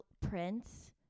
prince